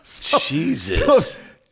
Jesus